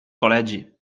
col·legi